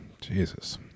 jesus